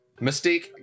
Mystique